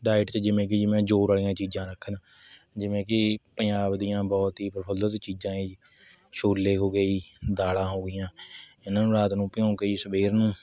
diet 'ਚ ਜਿਵੇਂ ਕਿ ਜੀ ਮੈਂ ਜ਼ੋਰ ਵਾਲੀਆਂ ਚੀਜ਼ਾਂ ਰੱਖਦਾ ਜਿਵੇਂ ਕਿ ਪੰਜਾਬ ਦੀਆਂ ਬਹੁਤ ਹੀ ਪ੍ਰਫੁੱਲਿਤ ਚੀਜ਼ਾਂ ਹੈ ਜੀ ਛੋਲੇ ਹੋ ਗਏ ਜੀ ਦਾਲ਼ਾਂ ਹੋ ਗਈਆਂ ਇਨ੍ਹਾਂ ਨੂੰ ਰਾਤ ਨੂੰ ਭਿਉਂ ਕੇ ਜੀ ਸਵੇਰ ਨੂੰ